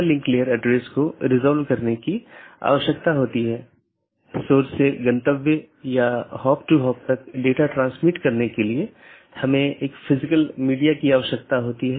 BGP या border gateway protocol बाहरी routing protocol है जो ऑटॉनमस सिस्टमों के पार पैकेट को सही तरीके से रूट करने में मदद करता है